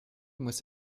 muss